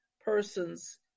person's